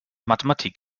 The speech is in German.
mathematik